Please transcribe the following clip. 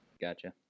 Gotcha